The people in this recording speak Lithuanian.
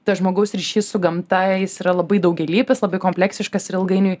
tas žmogaus ryšys su gamta jis yra labai daugialypis labai kompleksiškas ir ilgainiui